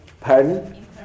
Pardon